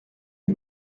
les